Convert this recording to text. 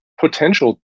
potential